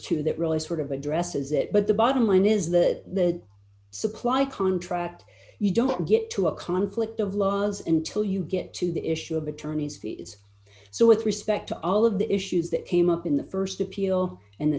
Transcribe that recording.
to that really sort of addresses it but the bottom line is the supply contract you don't get to a conflict of laws and till you get to the issue of attorney's fees so with respect to all of the issues that came up in the st appeal and the